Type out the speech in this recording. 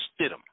Stidham